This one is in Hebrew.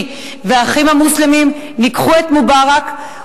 ו"האחים המוסלמים" ניגחו את מובארק,